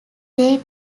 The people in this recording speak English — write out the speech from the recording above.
they